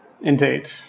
indeed